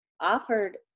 offered